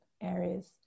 areas